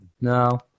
No